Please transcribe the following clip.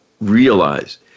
realize